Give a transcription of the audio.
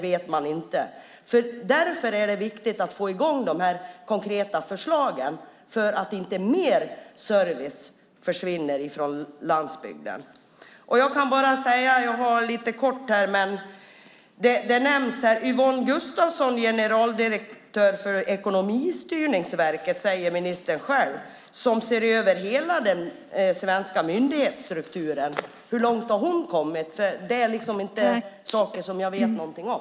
Det är viktigt att få i gång de här konkreta förslagen, så att inte mer service försvinner från landsbygden. Ministern nämner Yvonne Gustafsson, generaldirektör för Ekonomistyrningsverket, som ser över hela den svenska myndighetsstrukturen. Hur långt har hon kommit? Det är saker som jag inte vet någonting om.